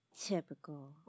Typical